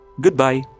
Goodbye